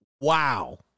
Wow